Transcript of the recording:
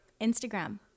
Instagram